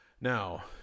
Now